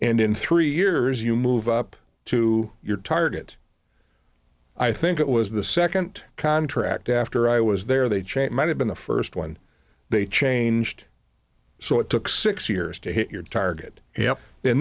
and in three years you move up to your target i think it was the second contract after i was there they change might have been the first one they changed so it took six years to hit your target yeah